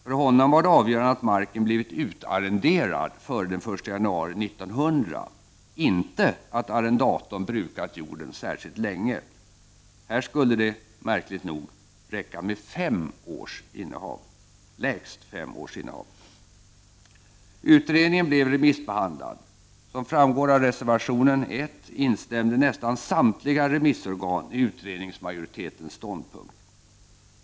För honom var det avgörande att marken blivit utarrenderad före den 1 januari 1900, inte att arrendatorn brukat jorden särskilt länge. Här skulle det — märkligt nog — räcka med minst fem års innehav. Utredningen blev remissbehandlad. Som framgår av reservation 1 instämde nästan samtliga remissorgan i utredningsmajoritetens ståndpunkt.